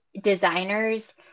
designers